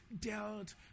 dealt